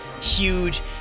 huge